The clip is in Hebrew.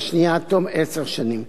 והשנייה עד תום עשר שנים.